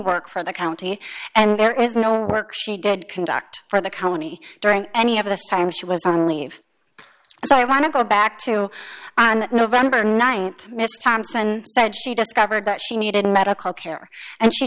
work for the county and there is no work she did conduct for the county during any of the time she was on leave so i want to go back to on november th miss thompson said she discovered that she needed medical care and she